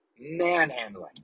manhandling